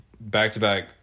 back-to-back